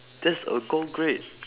that's a gold grade